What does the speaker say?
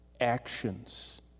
Actions